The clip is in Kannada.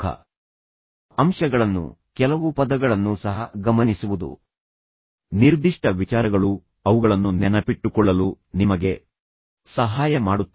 ಆದರೆ ಒಂದು ನೋಟ್ಬುಕ್ ಅನ್ನು ಇಟ್ಟುಕೊಳ್ಳುವುದು ಮತ್ತು ನಂತರ ಪ್ರಮುಖ ಅಂಶಗಳನ್ನು ಕೆಲವು ಪದಗಳನ್ನು ಸಹ ಗಮನಿಸುವುದು ನಿರ್ದಿಷ್ಟ ವಿಚಾರಗಳು ಅವುಗಳನ್ನು ನೆನಪಿಟ್ಟುಕೊಳ್ಳಲು ನಿಮಗೆ ಸಹಾಯ ಮಾಡುತ್ತವೆ